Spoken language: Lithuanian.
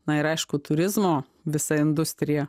na ir aišku turizmo visa industrija